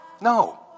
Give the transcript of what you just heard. No